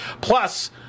Plus